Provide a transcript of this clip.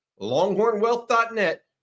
longhornwealth.net